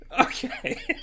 Okay